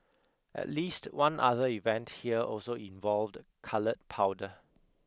at least one other event here also involved coloured powder